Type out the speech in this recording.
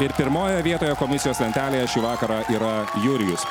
ir pirmojoje vietoje komisijos lentelėje šį vakarą yra jurijus